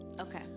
Okay